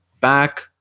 back